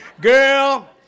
Girl